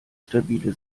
stabile